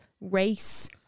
race